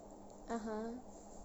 mmhmm